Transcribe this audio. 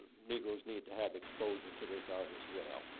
negroes need to have exposure to this art, as well.